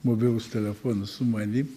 mobilus telefonas su mani